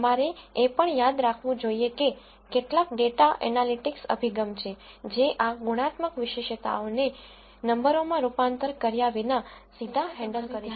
તમારે એ પણ યાદ રાખવું જોઈએ કે કેટલાક ડેટા એનાલિટિક્સ અભિગમ છે જે આ ગુણાત્મક વિશેષતાઓને નંબરોમાં રૂપાંતર કર્યા વિના સીધા હેન્ડલ કરી શકે છે